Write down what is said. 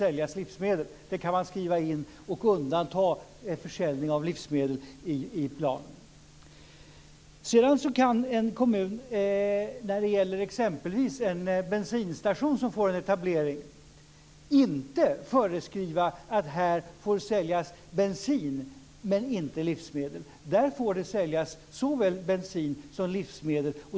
Man kan alltså i planen skriva in ett undantag för försäljning av livsmedel. Däremot kan en kommun för exempelvis en bensinstation som får en etablering inte föreskriva att det där får säljas bensin men inte livsmedel. Där får det säljas såväl bensin som livsmedel.